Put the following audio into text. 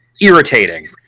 irritating